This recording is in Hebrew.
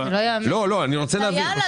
זה לא ייאמן.